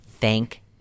Thank